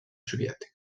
soviètica